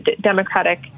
Democratic